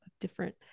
different